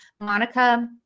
monica